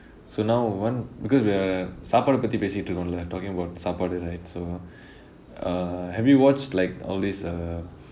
so now one because we are சாப்பாடு பத்தி பேசிட்டு இருக்கோம்ளே:saapaadu pathi pesittu irukkomlae talking about சாபாடு:saapaadu right so err have you watched like all these err